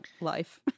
life